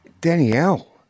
Danielle